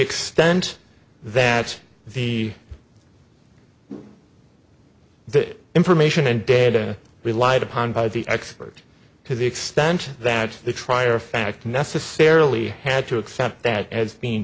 extent that the that information and data relied upon by the expert to the extent that the trier of fact necessarily had to accept that as being